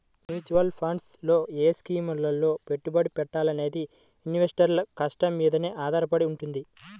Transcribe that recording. mutual funds లో ఏ స్కీముల్లో పెట్టుబడి పెట్టాలనేది ఇన్వెస్టర్ల ఇష్టం మీదనే ఆధారపడి వుంటది